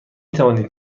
توانید